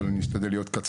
אבל אני אשתדל להיות קצר,